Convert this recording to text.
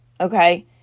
Okay